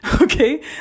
Okay